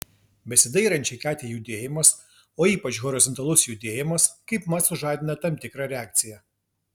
besidairančiai katei judėjimas o ypač horizontalus judėjimas kaipmat sužadina tam tikrą reakciją